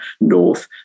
north